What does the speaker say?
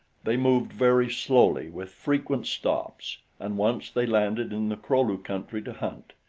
they moved very slowly with frequent stops and once they landed in the kro-lu country to hunt.